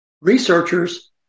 researchers